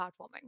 heartwarming